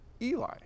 Eli